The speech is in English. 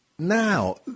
Now